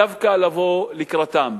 דווקא תבוא לקראתם,